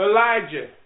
Elijah